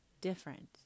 different